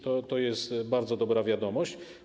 To jest bardzo dobra wiadomość.